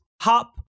Hop